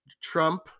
Trump